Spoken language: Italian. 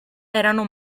erano